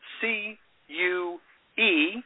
C-U-E